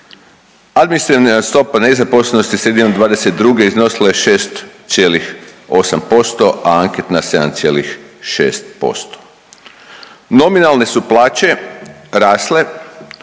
Administrativna stopa nezaposlenosti sredinom '22. iznosila je 6,8%, a anketna 7,6%. Nominalne su plaće rasle,